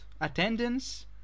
attendance